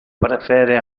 prefere